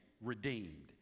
redeemed